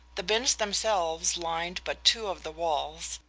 the bins themselves lined but two of the walls,